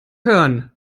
hören